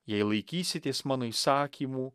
jei laikysitės mano įsakymų